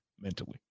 mentally